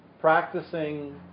practicing